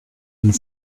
and